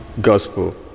Gospel